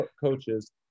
coaches